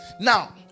Now